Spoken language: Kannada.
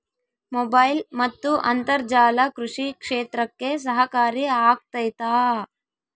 ಮೊಬೈಲ್ ಮತ್ತು ಅಂತರ್ಜಾಲ ಕೃಷಿ ಕ್ಷೇತ್ರಕ್ಕೆ ಸಹಕಾರಿ ಆಗ್ತೈತಾ?